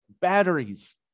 batteries